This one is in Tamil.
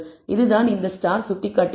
இதுதான் இந்த ஸ்டார் சுட்டிக்காட்டுகிறது